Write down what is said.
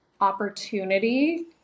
opportunity